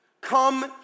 come